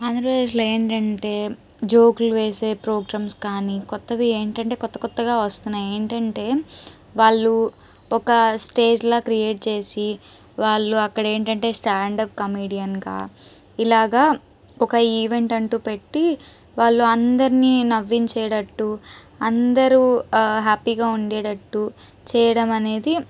ఆంధ్రప్రదేశ్లో ఏంటంటే జోక్లు వేసే ప్రోగ్రామ్స్ కానీ కొత్తవి ఏంటంటే కొత్త కొత్తగా వస్తున్నాయి ఏంటంటే వాళ్ళు ఒక స్టేజ్లా క్రియేట్ చేసి వాళ్ళు అక్కడ ఏంటంటే స్టాండ్అప్ కమెడియన్గా ఇలాగా ఒక ఈవెంట్ అంటూ పెట్టి వాళ్ళు అందరినీ నవ్వించేటట్టు అందరూ హ్యాపీగా ఉండేటట్టు చేయడం అనేది